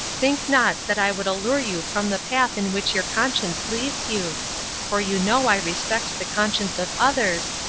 think not that i would allure you from the path in which your conscience leads you for you know i respect the conscience of others,